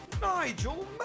Nigel